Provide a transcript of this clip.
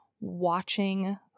watching